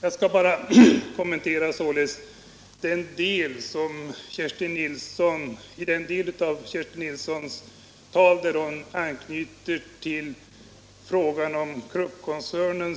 Jag skall kommentera den del av Kerstin Nilssons tal där hon anknyter till frågan om Kruppkoncernen